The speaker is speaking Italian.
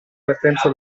partenza